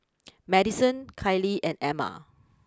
Madyson Kiley and Amma